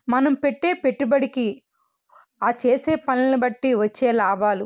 మనం పెట్టే పెట్టుబడికి ఆ చేసే పనులను బట్టి వచ్చే లాభాలు